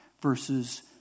verses